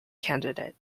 candidate